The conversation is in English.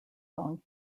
song